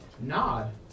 Nod